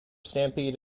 stampede